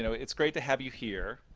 you know it's great to have you here.